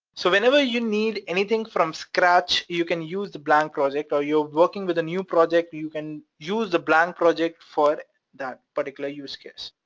so whenever you need anything from scratch you can use the blank project, or you're working with a new project you can use the blank project for that particular use case.